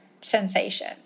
sensation